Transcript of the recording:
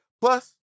Plus